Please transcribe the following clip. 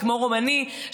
וכמו הרומני,